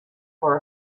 for